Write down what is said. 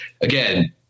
again